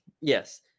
yes